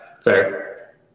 Fair